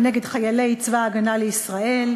נגד חיילי צבא ההגנה לישראל.